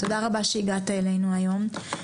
תודה רבה שהגעת אלינו היום.